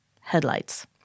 headlights